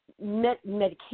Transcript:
medication